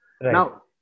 Now